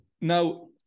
Now